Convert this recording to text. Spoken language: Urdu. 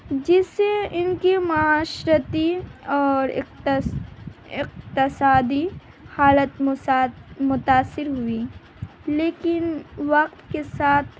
جس سے ان کی معاشرتی اور اقت اقتصادی حالت مسات متاثر ہوئی لیکن وقت کے ساتھ